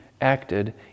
acted